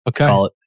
Okay